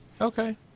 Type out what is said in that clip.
Okay